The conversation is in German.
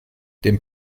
dem